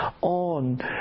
on